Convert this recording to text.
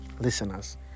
listeners